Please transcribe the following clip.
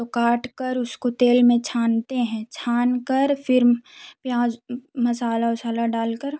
तो काट कर उसको तेल में छानते हैं छान कर फिर प्याज मसाला उसाला डाल कर